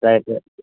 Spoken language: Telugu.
సా సార్